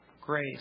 grace